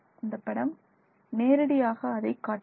இந்த படம் நேரடியாக அதை காட்டுகிறது